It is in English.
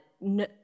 no